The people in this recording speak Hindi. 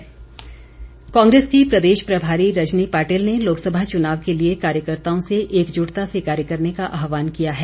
कांग्रे स कांग्रेस की प्रदेश प्रभारी रजनी पाटिल ने लोकसभा चुनाव के लिए कार्यकर्ताओं से एकजुटता से कार्य करने का आहवान किया है